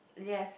yes